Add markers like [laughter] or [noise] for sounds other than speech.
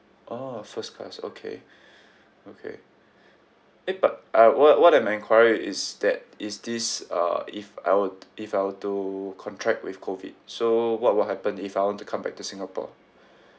orh first class okay [breath] okay eh but uh what what I'm enquiring is that is this uh if I were t~ if I were to contract with COVID so what will happen if I want to come back to singapore